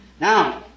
Now